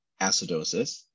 acidosis